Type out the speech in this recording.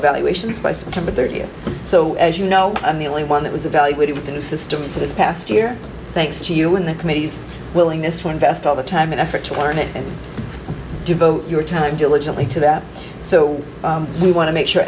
evaluations by september thirtieth so as you know i'm the only one that was evaluated within the system for this past year thanks to you in the committee's willingness to invest all the time and effort to learn it and devote your time diligently to that so we want to make sure